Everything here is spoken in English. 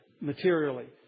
materially